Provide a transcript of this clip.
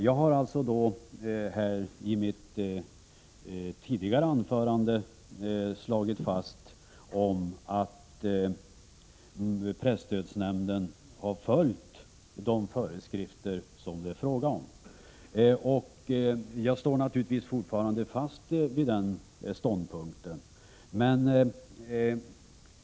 Jag har i mitt tidigare anförande slagit fast att presstödsnämnden har följt de föreskrifter som det är fråga om. Och jag vidhåller naturligtvis fortfarande den ståndpunkten.